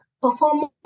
Performance